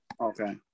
Okay